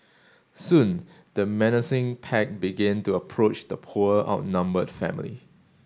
soon the menacing pack began to approach the poor outnumbered family